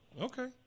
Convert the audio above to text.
Okay